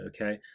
okay